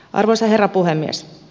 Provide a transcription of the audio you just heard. arvoisa herra puhemies